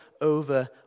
over